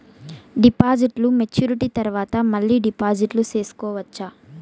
డిపాజిట్లు మెచ్యూరిటీ తర్వాత మళ్ళీ డిపాజిట్లు సేసుకోవచ్చా?